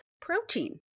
protein